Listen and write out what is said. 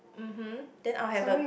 mmhmm then I will have a